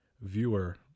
viewer